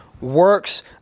works